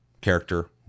character